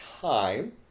time